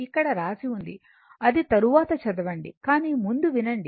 ఇక్కడ రాసి ఉంది అది తరువాత చదవండి కానీ ముందు వినండి